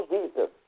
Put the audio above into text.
Jesus